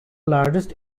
largest